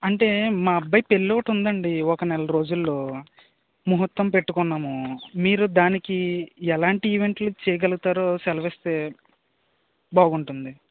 అంటే మా అబ్బాయి పెళ్ళి ఒకటి ఉంది అండి ఒక నెల రోజుల్లో ముహూర్తం పెట్టుకున్నాము మీరు దానికి ఎలాంటి ఈవెంట్లు చేయగలుగుతారో సెలవు ఇస్తే బాగుంటుంది